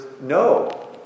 no